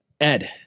Ed